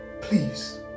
please